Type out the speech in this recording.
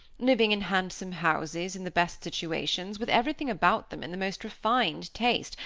living in handsome houses in the best situations, with everything about them in the most refined taste,